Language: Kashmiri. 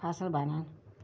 فصٕل بَنان